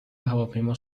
هواپیما